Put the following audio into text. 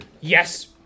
Yes